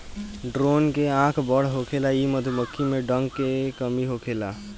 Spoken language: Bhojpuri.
ड्रोन के आँख बड़ होखेला इ मधुमक्खी में डंक के कमी होखेला